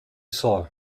saw